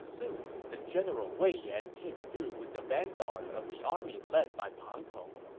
soon, the general wei yan came through with the vanguard of the army led by pang tong,